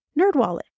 NerdWallet